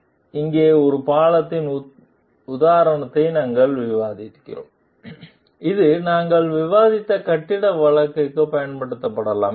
எனவே இங்கே ஒரு பாலத்தின் உதாரணத்தை நாங்கள் விவாதிக்கிறோம் இது நாங்கள் விவாதித்த கட்டிட வழக்குக்கும் பயன்படுத்தப்படலாம்